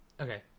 Okay